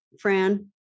Fran